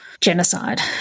genocide